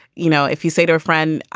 you know, if you say to a friend,